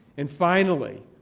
and finally,